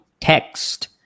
text